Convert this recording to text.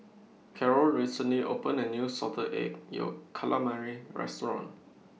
Karol recently opened A New Salted Egg Yolk Calamari Restaurant